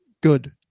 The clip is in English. good